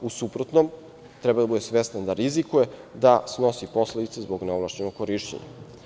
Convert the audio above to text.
U suprotnom, treba da bude svestan da rizikuje, da snosi posledice zbog neovlašćenog korišćenja.